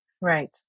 Right